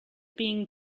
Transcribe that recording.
being